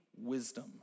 wisdom